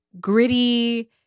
gritty